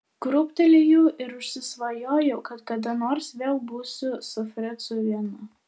krūptelėjau ir užsisvajojau kad kada nors vėl būsiu su fricu viena